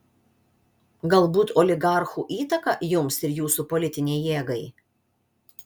galbūt oligarchų įtaką jums ir jūsų politinei jėgai